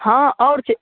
हँ आओर चीज